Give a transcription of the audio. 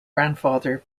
grandfather